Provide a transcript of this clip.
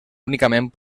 únicament